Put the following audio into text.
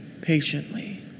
patiently